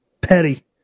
petty